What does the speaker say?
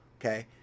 okay